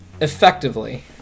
effectively